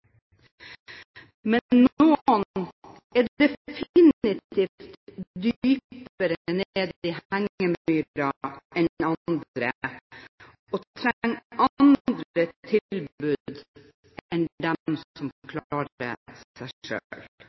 Men noen er definitivt dypere nede i hengemyra enn andre og trenger andre tilbud enn de som klarer seg